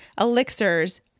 elixirs